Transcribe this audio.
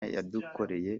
yadukoreye